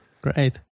Great